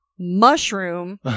mushroom